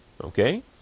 Okay